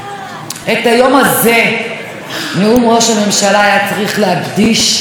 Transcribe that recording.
נאום לאיך אנחנו מונעים את הרצח הבא,